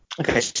Okay